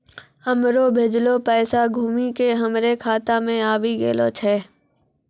हमरो भेजलो पैसा घुमि के हमरे खाता मे आबि गेलो छै